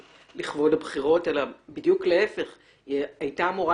הבחירות אלא להיפך היא הייתה אמורה